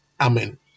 Amen